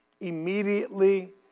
Immediately